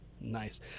Nice